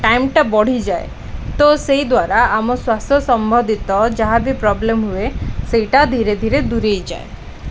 ଟାଇମଟା ବଢ଼ିଯାଏ ତ ସେଇ ଦ୍ୱାରା ଆମ ଶ୍ୱାସ ସମ୍ବନ୍ଧିତ ଯାହା ବି ପ୍ରୋବ୍ଲେମ ହୁଏ ସେଇଟା ଧୀରେ ଧୀରେ ଦୂରେଇଯାଏ